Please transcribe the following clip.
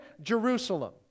Jerusalem